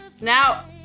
Now